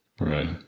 right